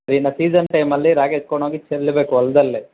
ಇನ್ನ ಸೀಝನ್ ಟೈಮಲ್ಲಿ ರಾಗಿ ಎತ್ಕೊಂಡು ಹೋಗಿ ಚೆಲ್ಬೇಕು ಹೊಲ್ದಲ್ಲಿ